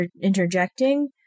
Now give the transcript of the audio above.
interjecting